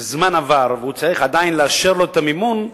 בזמן עבר, והוא עדיין צריך לאשר לו את המימון,